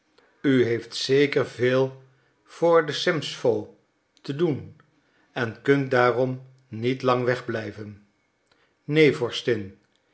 u heeft zeker veel voor de semstwo te doen en kunt daarom niet lang wegblijven